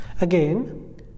Again